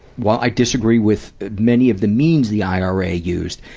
while i disagree with many of the means the ira used,